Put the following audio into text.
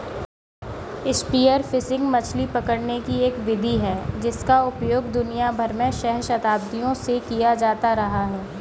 spear fishing मछली पकड़ने की एक विधि है जिसका उपयोग दुनिया भर में सहस्राब्दियों से किया जाता रहा है